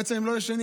בעצם הם לא ישנים,